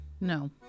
No